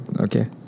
okay